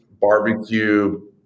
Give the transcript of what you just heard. barbecue